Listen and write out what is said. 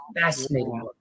fascinating